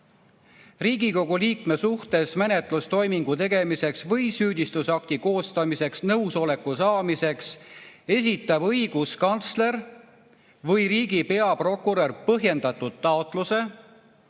"Riigikogu liikme suhtes menetlustoimingu tegemiseks või süüdistusakti koostamiseks nõusoleku saamiseks esitab õiguskantsler või riigi peaprokurör põhjendatud taotluse,